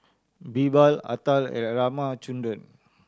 Birbal Atal and Ramchundra